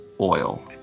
oil